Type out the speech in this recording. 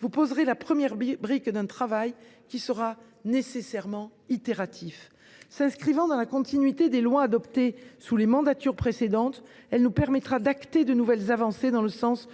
vous poserez la première brique d’un travail qui sera nécessairement itératif. S’inscrivant dans la continuité des lois adoptées sous les mandatures précédentes, ce texte nous permettra d’acter de nouvelles avancées sur le